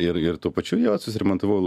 ir ir tuo pačiu jo susiremontavau